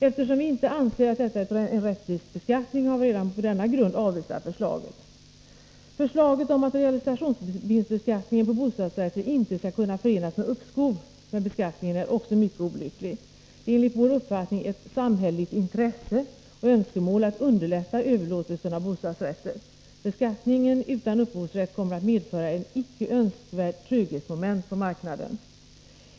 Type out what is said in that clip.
Eftersom vi inte anser att detta är en rättvis beskattning har vi redan på denna grund avvisat förslaget. Förslaget om att realisationsvinstbeskattningen på bostadsrätter inte skall kunna förenas med ett uppskov med beskattningen är också mycket olyckligt. Det är enligt vår uppfattning ett samhälleligt intresse och önskemål att underlätta överlåtelsen av bostadsrätter. Beskattningen utan uppskovsrätt kommer att medföra ett icke önskvärt tröghetsmoment på marknaden.